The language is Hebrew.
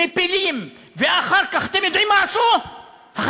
מפילים, ואחר כך, אתם יודעים מה עשו החיילים?